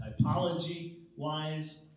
typology-wise